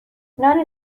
نان